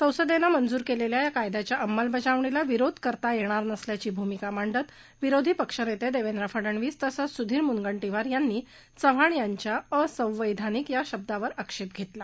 संसदेनं मंजूर केलेल्या या कायद्याच्या अंमलबजावणीला विरोध करता येणार नसल्याची भूमिका मांडत विरोधी पक्षनेते देवेंद्र फडणवीस तसंच सुधीर मुनगंटीवार यांनी चव्हाण यांच्या असंवैधानिक या शब्दावर आक्षेप घेतला